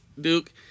Duke